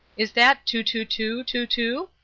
is that two, two, two, two, two?